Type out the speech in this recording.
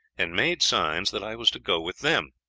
and made signs that i was to go with them.